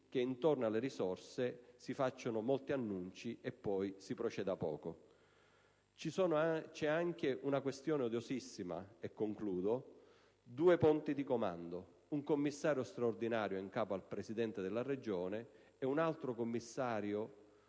che intorno alle risorse si facciano molti annunci e poi si proceda poco. C'è poi la questione odiosissima dei due ponti di comando: un commissario straordinario in capo al Presidente della Regione e un altro commissario